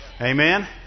Amen